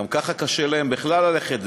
וגם ככה קשה להם בכלל ללכת.